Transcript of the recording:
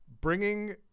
bringing